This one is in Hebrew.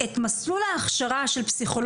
מי קבע את המסלול שההכשרה של פסיכולוג